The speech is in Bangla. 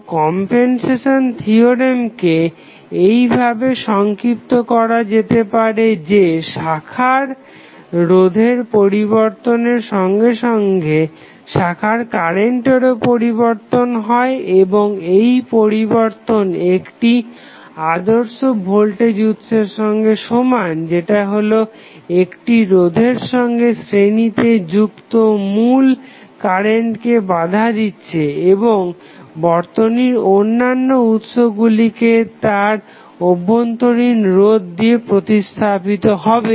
তো কমপেনসেশন থিওরেমকে এইভাবে সংক্ষিপ্ত করা যেতে পারে যে শাখার রোধের পরিবর্তনের সঙ্গে সঙ্গে শাখার কারেন্টেরও পরিবর্তন হয় এবং এই পরিবর্তন একটি আদর্শ ভোল্টেজ উৎসের সঙ্গে সমান যেটা হলো একটি রোধের সঙ্গে শ্রেণিতে যেটা মূল কারেন্টকে বাধা দিচ্ছে এবং বর্তনীর অন্যান্য উৎসগুলি তার অভ্যন্তরীণ রোধ দিয়ে প্রতিস্থাপিত হবে